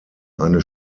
eine